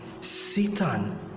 Satan